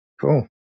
Cool